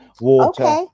water